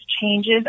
changes